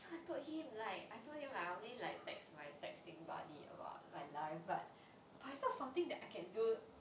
so I told him like I told him I only like text like my texting buddy about my life but but it's not something that can do